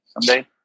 someday